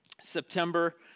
September